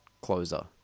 closer